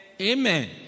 Amen